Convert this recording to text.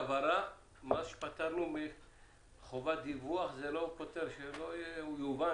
מאז שפטרנו מחובת דיווח זה לא פוטר שלא יובן